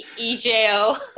EJO